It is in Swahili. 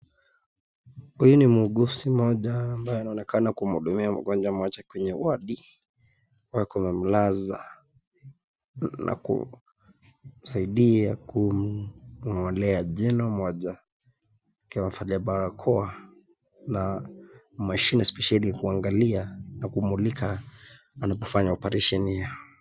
Huyu ni muuguzi mmoja ambaye anaonekana kumhudumia mgonjwa mmoja kwenye wadi wa kumlaza na kumsaidia kumng'olea jino moja akiwa amevalia barakoa na mashine spesheli kuangalia na kumulika na kufanya operesheni hio.